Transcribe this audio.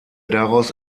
daraus